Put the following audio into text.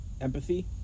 empathy